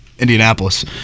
Indianapolis